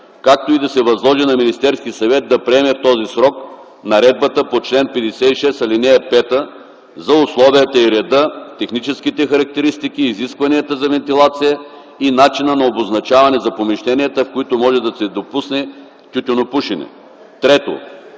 както и да се възложи на Министерския съвет да приеме в този срок наредбата по чл. 56, ал. 5 за условията и реда, техническите характеристики, изискванията за вентилация и начина на обозначаване за помещенията, в които може да се допусне тютюнопушене. 3.